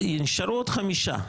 אז נשארו עוד חמישה.